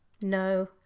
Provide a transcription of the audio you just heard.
No